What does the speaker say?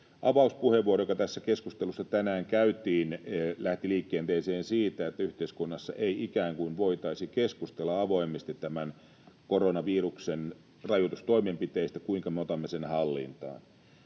Avauspuheenvuoro, joka tässä keskustelussa tänään käytiin, lähti liikenteeseen siitä, että yhteiskunnassa ei ikään kuin voitaisi keskustella avoimesti tämän koronaviruksen rajoitustoimenpiteistä, siitä, kuinka me otamme sen hallintaan.